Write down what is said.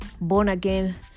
born-again